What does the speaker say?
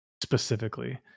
specifically